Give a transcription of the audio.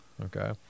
okay